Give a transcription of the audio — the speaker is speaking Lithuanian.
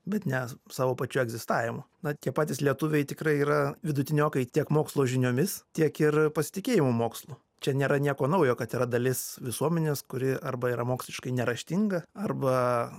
bet ne savo pačiu egzistavimu na tie patys lietuviai tikrai yra vidutiniokai tiek mokslo žiniomis tiek ir pasitikėjimu mokslu čia nėra nieko naujo kad yra dalis visuomenės kuri arba yra moksliškai neraštinga arba